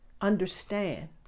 understand